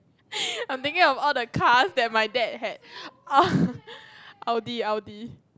I am thinking of all the cars that my dad had Audi Audi